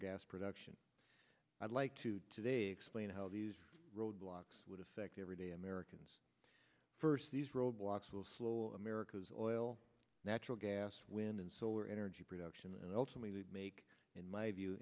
gas production i'd like to today explain how these roadblocks would affect everyday americans first these roadblocks will slow america's oil natural gas wind and solar energy production and ultimately make in my view